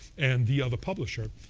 and the other publisher